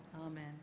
Amen